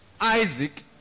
Isaac